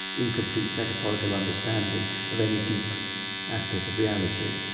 incomplete, metaphorical understanding of any deep aspect of reality.